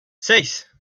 seis